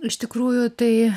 iš tikrųjų tai